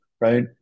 right